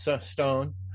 Stone